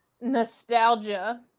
nostalgia